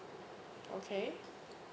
okay